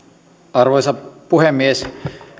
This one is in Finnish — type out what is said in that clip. arvoisa puhemies